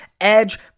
Edge